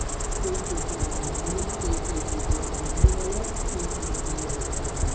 एक कृषि इंजीनियर एक कृषि पृष्ठभूमि वाला एक इंजीनियर होता है